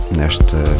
nesta